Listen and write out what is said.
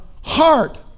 heart